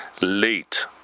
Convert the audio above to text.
late